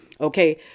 Okay